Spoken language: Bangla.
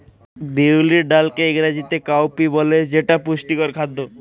বিউলির ডালকে ইংরেজিতে কাউপি বলে যেটা পুষ্টিকর খাদ্য